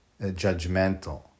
judgmental